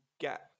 get